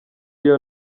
iyo